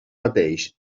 mateix